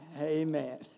Amen